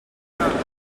vingt